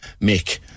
Mick